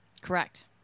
Correct